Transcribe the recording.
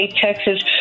Texas